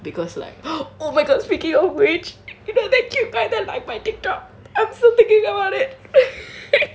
because like oh oh my god speaking of which I got that cute guy that liked my TikTok I'm still thinking about it